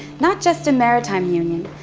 not just a maritime union.